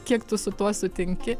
kiek tu su tuo sutinki